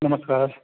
नमस्कार